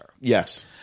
Yes